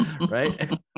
Right